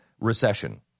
recession